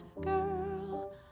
girl